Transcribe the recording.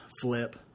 flip